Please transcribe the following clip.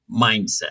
mindset